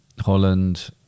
Holland